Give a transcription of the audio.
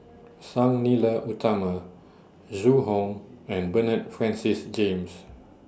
Sang Nila Utama Zhu Hong and Bernard Francis James